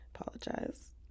Apologize